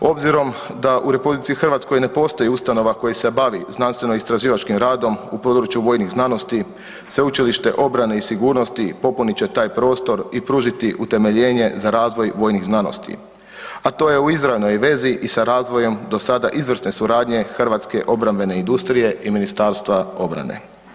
Obzirom da u RH ne postoji ustanova koja se bavi znanstveno-istraživačkim radom u području vojnih znanosti, Sveučilište obrane i sigurnosti popunit će taj prostor i pružiti utemeljenje za razvoj vojnih znanosti, a to je u izravnoj vezi i sa razvojem do sada, izvrsne suradnje hrvatske obrambene industrije i MORH-a.